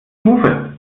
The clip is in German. hufe